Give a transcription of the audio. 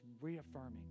reaffirming